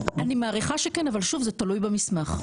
אני מעריכה שכן, אבל שוב, זה תלוי במסמך.